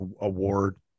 award